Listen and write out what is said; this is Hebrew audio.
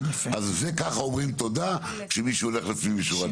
אז ככה אומרים תודה כשמישהו הולך לפנים משורת הדין?